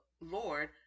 Lord